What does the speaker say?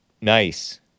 Nice